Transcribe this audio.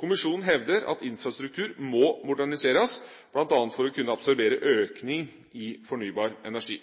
Kommisjonen hevder at infrastruktur må moderniseres, bl.a. for å kunne absorbere økning i